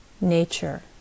nature